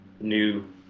new